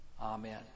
Amen